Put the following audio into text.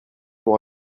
pour